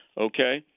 okay